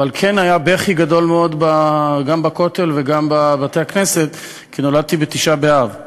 אבל כן היה בכי גדול מאוד גם בכותל וגם בבתי-הכנסת כי נולדתי בתשעה באב.